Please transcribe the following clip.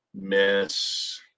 miss